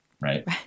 Right